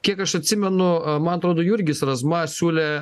kiek aš atsimenu a man atrodo jurgis razma siūlė